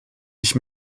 ich